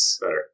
Better